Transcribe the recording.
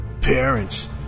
parents